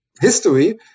history